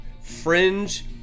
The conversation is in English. fringe